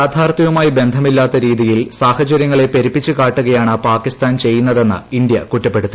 യാഥാർത്ഥ്യവുമായി ബന്ധമില്ലാത്ത രീതിയിൽ സാഹചര്യങ്ങളെ പെരുപ്പിച്ച് കാട്ടുകയാണ് പാകിസ്ഥാൻ ചെയ്യുന്നതെന്ന് ഇന്ത്യ കുറ്റപ്പെടുത്തി